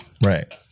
right